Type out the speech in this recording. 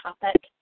topic